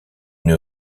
une